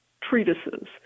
treatises